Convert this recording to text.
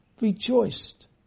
rejoiced